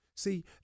See